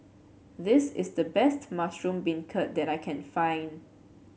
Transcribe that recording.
this is the best Mushroom Beancurd that I can find